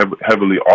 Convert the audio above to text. heavily